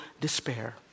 despair